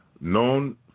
Known